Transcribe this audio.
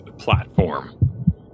platform